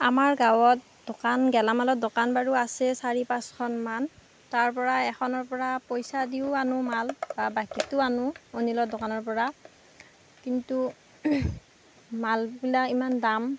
আমাৰ গাঁৱত দোকান গেলামালৰ দোকান বাৰু আছে চাৰি পাঁচখনমান তাৰপৰা এখনৰ পৰা পইচা দিও আনো মাল বাকীতো আনো অনিলৰ দোকানৰ পৰা কিন্তু মালবিলাক ইমান দাম